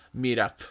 meetup